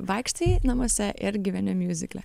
vaikštai namuose ir gyveni miuzikle